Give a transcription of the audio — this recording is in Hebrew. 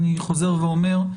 אני חוזר ואומר,